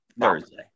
Thursday